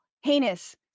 heinous